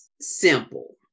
simple